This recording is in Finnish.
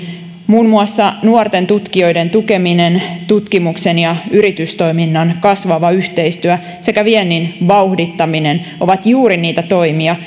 muun muassa nuorten tutkijoiden tukeminen tutkimuksen ja yritystoiminnan kasvava yhteistyö sekä viennin vauhdittaminen ovat juuri niitä toimia